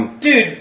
Dude